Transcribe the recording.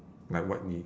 like what you